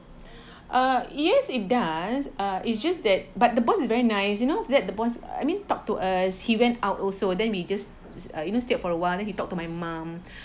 uh yes it does uh it's just that but the boss is very nice you know that the boss I mean talked to us he went out also then we just uh you know stayed for a while then he talked to my mum